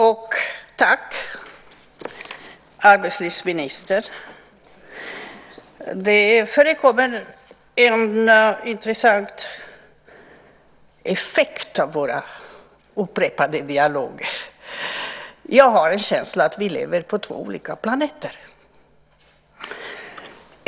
Fru talman! Tack arbetslivsministern! Det förekommer en intressant effekt av våra upprepade dialoger. Jag har en känsla av att vi lever på två olika planeter.